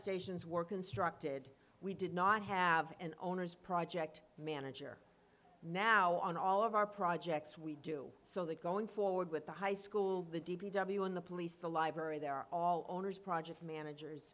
stations were constructed we did not have an owners project manager now on all of our projects we do so that going forward with the high school the d p w and the police the library there are all owners project managers